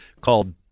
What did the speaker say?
called